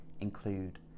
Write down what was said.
include